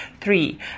Three